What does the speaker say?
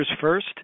first